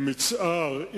למצער,